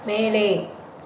மேலே